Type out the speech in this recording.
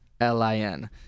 L-I-N